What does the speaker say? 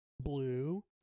blue